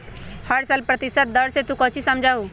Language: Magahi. हर साल प्रतिशत दर से तू कौचि समझा हूँ